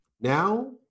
Now